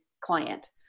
client